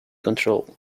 control